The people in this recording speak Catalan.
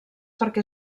perquè